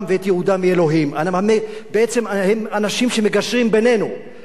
בעצם הם אנשים שמגשרים בינינו לבין ההשגחה העליונה,